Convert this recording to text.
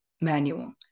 manual